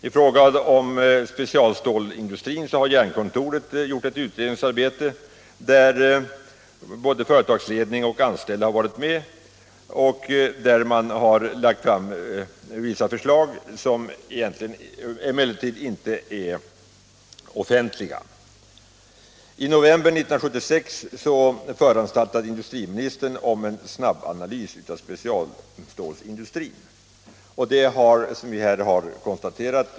I fråga om specialstålsindustrin har Jernkontoret gjort ett utredningsarbete, där både företagsledningar och anställda har medverkat och där man har arbetat fram vissa förslag, som emellertid inte är offentliga. I november 1976 föranstaltade industriministern, som tidigare konstaterats i debatten, om en snabbanalys av specialstålsindustrin, vars resultat också har citerats.